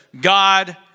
God